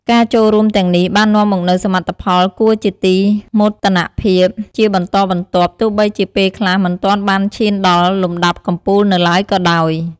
ការចូលរួមទាំងនេះបាននាំមកនូវសមិទ្ធផលគួរជាទីមោទនភាពជាបន្តបន្ទាប់ ទោះបីជាពេលខ្លះមិនទាន់បានឈានដល់លំដាប់កំពូលនៅឡើយក៏ដោយ។